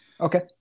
okay